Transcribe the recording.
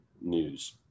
news